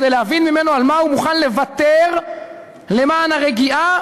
כדי להבין ממנו על מה הוא מוכן לוותר למען הרגיעה